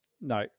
No